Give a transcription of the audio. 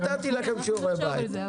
אנחנו נחשוב על זה.